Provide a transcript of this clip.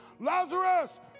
Lazarus